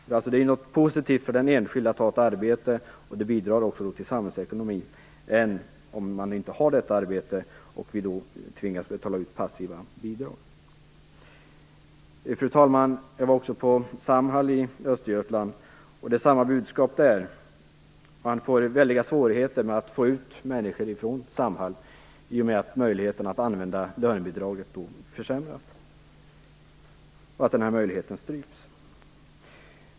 Att ha ett arbete är alltså positivt för den enskilde, och det är också bättre för samhällsekonomin än om man inte har detta arbete och vi tvingas betala ut passiva bidrag. Fru talman! Jag var också på Samhall i Östergötland. Det är samma budskap där. Man får väldiga svårigheter att få ut människor från Samhall i och med att möjligheten att använda lönebidraget försämras och stryps.